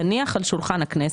תניח על שולחן הכנסת,